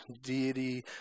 deity